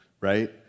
right